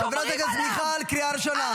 --- חברת הכנסת מיכל, קריאה ראשונה.